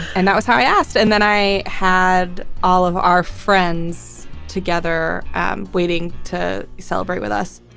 and that was how i asked. and then i had all of our friends together waiting to celebrate with us